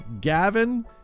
Gavin